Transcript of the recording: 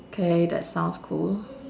okay that sounds cool